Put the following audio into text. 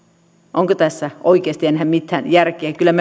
onko tässä oikeasti enää mitään järkeä kyllä